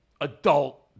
adult